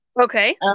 Okay